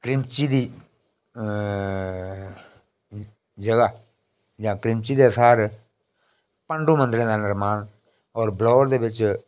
करमिची दी जगह जां करमिची दे सार पाण्डु मंदिरें दा निर्माण होर बलौर दे बिच्च